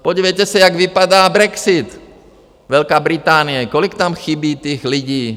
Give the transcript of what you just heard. Podívejte se, jak vypadá brexit, Velká Británie, kolik tam chybí těch lidí?